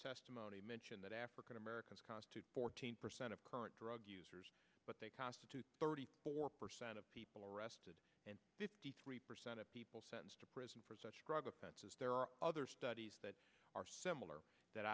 testimony mentioned that african americans fourteen percent of current drug users but they constitute thirty four percent of people arrested and fifty three percent of people sentenced to prison for such drug offenses there are other studies that are similar that